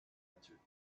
answered